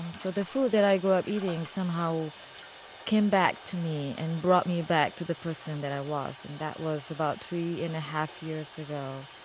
um so the food that i grew up eating somehow came back to me and brought me back to the person i was. and that was about three and a half years ago